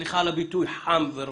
סליחה על הביטוי, חם ורותח.